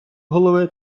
голови